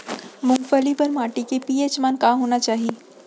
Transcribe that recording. मूंगफली बर माटी के पी.एच मान का होना चाही?